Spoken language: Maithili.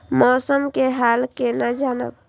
मौसम के हाल केना जानब?